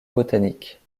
botanique